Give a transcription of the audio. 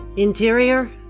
Interior